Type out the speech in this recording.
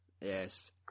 Yes